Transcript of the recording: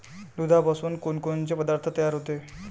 दुधापासून कोनकोनचे पदार्थ तयार होते?